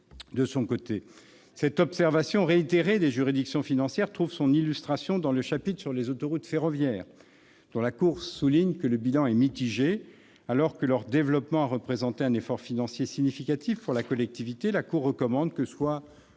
le préciser. Cette observation réitérée des juridictions financières trouve son illustration dans le chapitre consacré aux autoroutes ferroviaires, dont la Cour souligne que le bilan est mitigé. Alors que leur développement a représenté un effort financier significatif pour la collectivité, la Cour recommande que soit